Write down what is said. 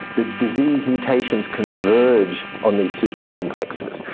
the disease mutations converge on these super complexes.